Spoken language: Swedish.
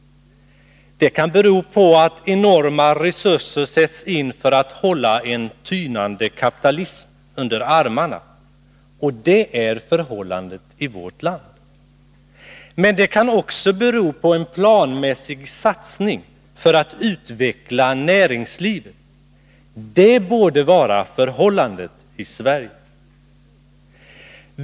De kan bero på att enorma resurser sätts in för att hålla en tynande kapitalism under armarna — det är förhållandet i vårt land. Men de kan också bero på en planmässig satsning för att utveckla näringslivet — det borde vara förhållandet i Sverige.